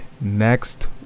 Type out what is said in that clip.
next